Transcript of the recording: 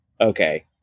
okay